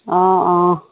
অঁ অঁ